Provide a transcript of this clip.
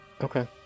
Okay